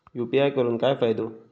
UPI करून काय फायदो?